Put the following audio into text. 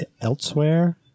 elsewhere